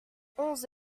onze